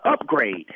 upgrade